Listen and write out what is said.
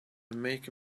make